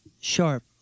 sharp